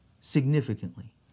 significantly